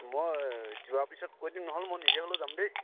মই যোৱাৰ পিছত কৈ দিম নহ'লে মই নিজে হ'লেও যাম দেই